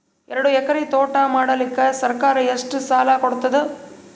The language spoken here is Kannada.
ಎರಡು ಎಕರಿ ತೋಟ ಮಾಡಲಿಕ್ಕ ಸರ್ಕಾರ ಎಷ್ಟ ಸಾಲ ಕೊಡತದ?